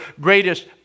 greatest